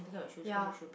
ya